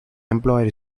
employer